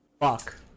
Fuck